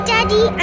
Daddy